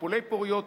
טיפולי פוריות,